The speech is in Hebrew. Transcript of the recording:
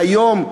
והיום,